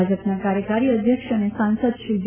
ભાજપના કાર્યકારી અધ્યક્ષ અને સાંસદ શ્રી જે